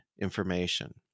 information